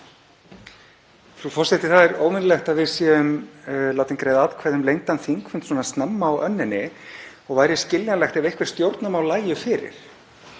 Frú forseti. Það er óvenjulegt að við séum látin greiða atkvæði um lengdan þingfund svona snemma á önninni og væri skiljanlegt ef einhver stjórnarmál lægju fyrir.